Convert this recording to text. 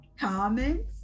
comments